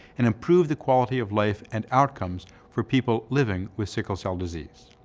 and improve the quality of life and outcomes for people living with sickle cell disease.